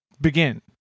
begin